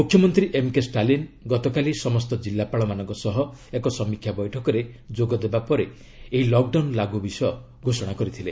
ମୁଖ୍ୟମନ୍ତ୍ରୀ ଏମ୍କେ ଷ୍ଟାଲିନ୍ ଗତକାଲି ସମସ୍ତ ଜିଲ୍ଲାପାଳମାନଙ୍କ ସହ ଏକ ସମୀକ୍ଷା ବୈଠକରେ ଯୋଗଦେବା ପରେ ଏହି ଲକ୍ଡାଉନ ଲାଗୁ ବିଷୟ ଘୋଷଣା କରିଛନ୍ତି